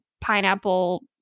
pineapple